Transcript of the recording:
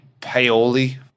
Paoli